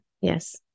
Yes